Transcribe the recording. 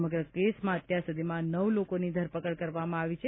સમગ્ર કેસમાં અત્યાર સુધીમાં નવ લોકોની ધરપકડ કરવામાં આવી છે